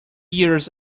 years